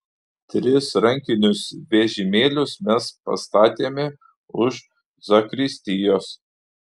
tris rankinius vežimėlius mes pastatėme už zakristijos